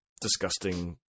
disgusting